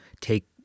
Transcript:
take